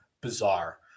bizarre